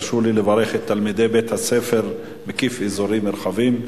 תרשו לי לברך את תלמידי בית-הספר מקיף אזורי "מרחבים".